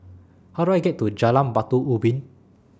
How Do I get to Jalan Batu Ubin